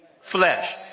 flesh